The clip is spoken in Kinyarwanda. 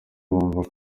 bumva